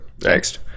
Next